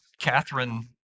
Catherine